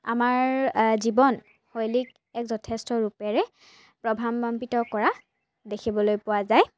আমাৰ জীৱনশৈলীক এক যথেষ্ট ৰূপেৰে প্ৰভাৱান্বিত কৰা দেখিবলৈ পোৱা যায়